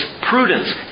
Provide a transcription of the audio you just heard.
prudence